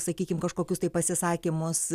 sakykim kažkokius tai pasisakymus